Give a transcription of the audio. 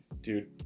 Dude